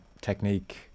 technique